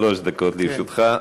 שלוש דקות לרשותך.